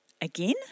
again